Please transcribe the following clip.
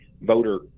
voter